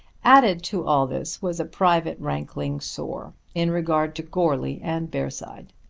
added to all this was a private rankling sore in regard to goarly and bearside.